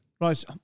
Right